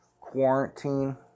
quarantine